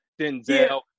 Denzel